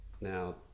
Now